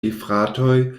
gefratoj